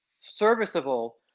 serviceable